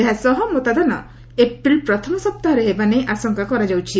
ଏହା ସହ ମତଦାନ ଏପ୍ରିଲ୍ ପ୍ରଥମ ସପ୍ତାହରେ ହେବା ନେଇ ଆଶଙ୍କା କରାଯାଉଛି